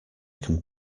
can